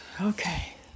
Okay